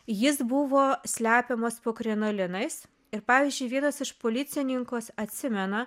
jis buvo slepiamas po krinolinais ir pavyzdžiui vienas iš policininkų atsimena